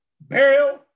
burial